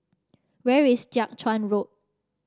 where is Jiak Chuan Road